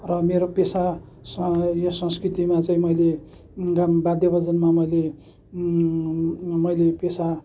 र मेरो पेसा यो संस्कृतिमा चाहिँ मैले वाद्य बादनमा मैले मैले पेसा